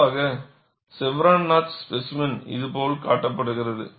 பொதுவாக chevron notch specimen இதுபோல் காட்டப்படுகிறது